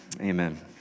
Amen